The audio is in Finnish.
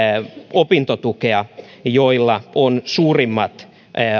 opintotukea joilla on suurimmat